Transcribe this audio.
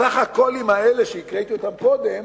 הסך-הכולים האלה שקראתי אותם קודם,